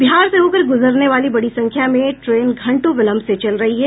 बिहार से होकर गुजरने वाली बड़ी संख्या में ट्रेन घंटों विलंब से चल रही है